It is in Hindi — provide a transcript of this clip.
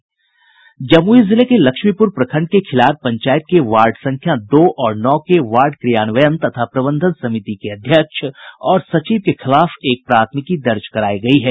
जमुई जिले के लक्ष्मीपुर प्रखंड के खीलार पंचायत के वार्ड संख्या दो और नौ के वार्ड क्रियान्वयन तथा प्रबंधन समिति के अध्यक्ष और सचिव के खिलाफ एक प्राथमिकी दर्ज करायी गयी है